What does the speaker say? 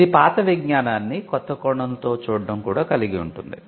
ఇది పాత విజ్ఞానాన్ని కొత్త కోణంతో చూడటం కూడా కలిగి ఉంటుంది